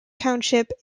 township